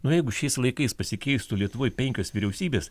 nu jeigu šiais laikais pasikeistų lietuvoj penkios vyriausybės